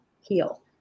heal